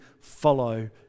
follow